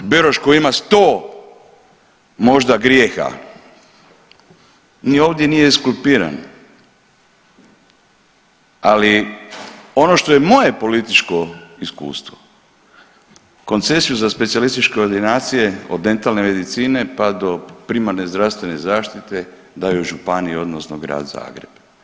Beroš koji ima 100 možda grijeha ni ovdje nije ekskulpiran, ali ono što je moje političko iskustvo, koncesiju za specijalističke ordinacije od dentalne medicine pa do primarne zdravstvene zaštite daju županije odnosno Grad Zagreb.